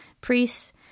Priests